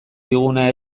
diguna